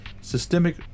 systemic